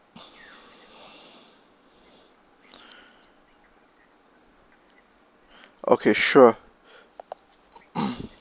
okay sure